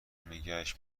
نگهش